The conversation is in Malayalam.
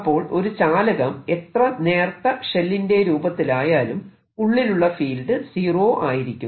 അപ്പോൾ ഒരു ചാലകം എത്ര നേർത്ത ഷെല്ലിന്റെ രൂപത്തിലായാലും ഉള്ളിലുള്ള ഫീൽഡ് സീറോ ആയിരിക്കും